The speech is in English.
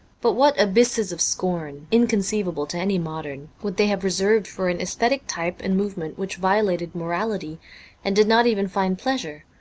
but what abysses of scorn, inconceivable to any modern, would they have reserved for an aesthetic type and movement which violated morality and did not even find pleasure,